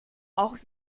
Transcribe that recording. auch